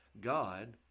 God